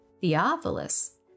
Theophilus